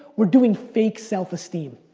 we're doing fake self esteem.